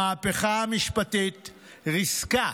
המהפכה המשפטית ריסקה